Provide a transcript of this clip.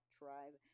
tribe